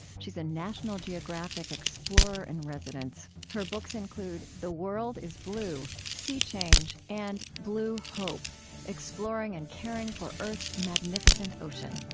she's a national geographic explorer-in-residence. her books include the world is blue, sea change, and blue hope exploring and caring for earth's magnificent ocean